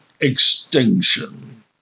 extinction